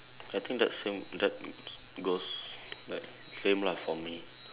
I think that's same that goes like same lah for me